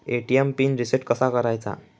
ATM pin reset कसा करायचा?